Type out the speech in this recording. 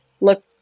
look